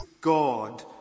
God